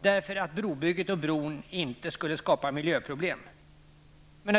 därför att brobygget och bron inte skulle skapa miljöproblem.